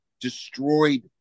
destroyed